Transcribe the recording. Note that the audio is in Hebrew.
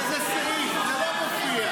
זה לא נכון.